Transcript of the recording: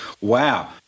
Wow